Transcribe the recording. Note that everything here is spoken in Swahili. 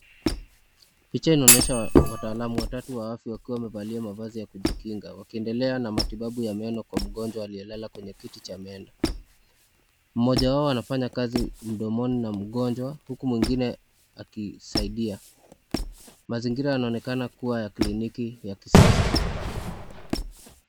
Picha inaonyesha wataalamu watatu wa afya wakiwa wamevalia mavazi ya kujikinga, wakiendelea na matibabu ya meno kwa mgonjwa aliyelala kwenye kiti cha meno. Mmoja wao anafanya kazi mdomoni na mgonjwa huku mwingine akisaidia. Mazingira yanaonekana kuwa ya kliniki ya kisasa.